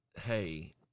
hey